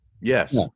yes